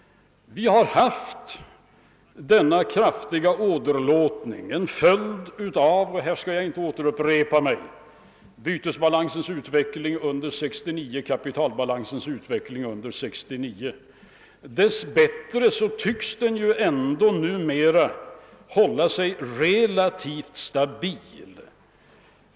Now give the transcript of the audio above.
Vi har haft denna kraftiga åderlåtning som en följd av — här skall jag inte upprepa allt vad jag har sagt — bytesbalansens utveckling under 1969 och kapitalbalansens utveckling under 1969. Dess bättre tycks den ändå numera hålla sig relativt stabil.